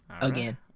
Again